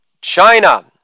China